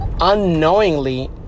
unknowingly